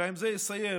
ובזה אסיים,